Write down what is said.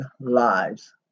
lives